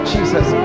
Jesus